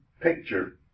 picture